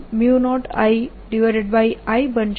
a n 0II બનશે